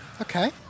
Okay